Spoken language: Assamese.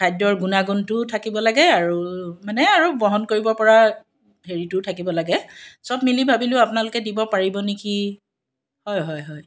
খাদ্যৰ গুণাগুণটোও থাকিব লাগে আৰু মানে আৰু বহন কৰিব পৰা হেৰিটোও থাকিব লাগে চব মিলি ভাবিলোঁ আপোনালোকে দিব পাৰিব নেকি হয় হয় হয়